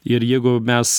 ir jeigu mes